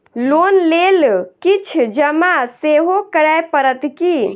Loan लेल किछ जमा सेहो करै पड़त की?